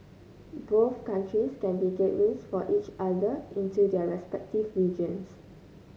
both countries can be gateways for each other into their respective regions